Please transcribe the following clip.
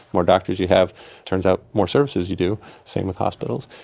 more doctors you have turns out more services you do, same with hospitals.